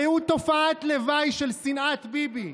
הרי הוא תופעת לוואי של שנאת ביבי.